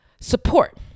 support